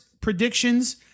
predictions